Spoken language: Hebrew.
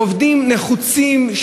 עובדים נחוצים,